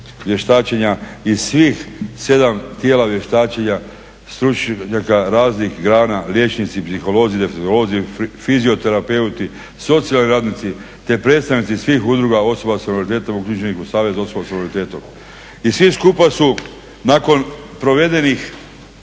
i svih 7 tijela vještačenja, stručnjaka raznih grana, liječnici, psiholozi, defektolozi, fizioterapeuti, socijalni radnici te predstavnici svih udruga osoba s invaliditetom uključenih u Savez osoba s invaliditetom. I svi skupa su nakon provedenih